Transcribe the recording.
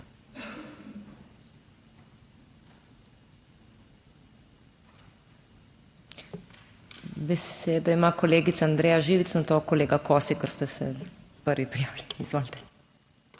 Besedo ima kolegica Andreja Živic, nato kolega Kosi, ker ste se prvi prijavili. Izvolite.